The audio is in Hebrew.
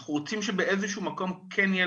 אנחנו רוצים שבאיזה שהוא מקום כן יהיה